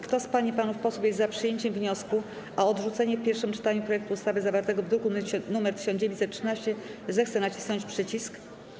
Kto z pań i panów posłów jest za przyjęciem wniosku o odrzucenie w pierwszym czytaniu projektu ustawy zawartego w druku nr 1913, zechce nacisnąć przycisk.